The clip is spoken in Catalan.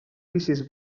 vicis